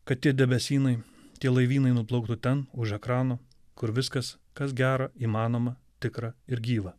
kad tie debesynai tie laivynai nuplauktų ten už ekrano kur viskas kas gera įmanoma tikra ir gyva